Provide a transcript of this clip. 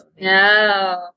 No